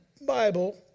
Bible